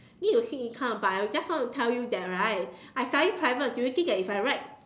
need to see income but I just want to tell you that right I study private do you think that if I write